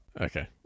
Okay